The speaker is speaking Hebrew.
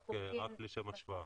רק לשם השוואה.